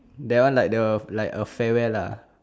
that one like the like a farewell lah